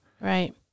Right